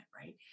right